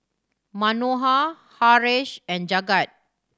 Manohar Haresh and Jagat